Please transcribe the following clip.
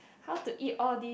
how to eat all this